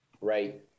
Right